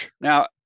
Now